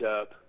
up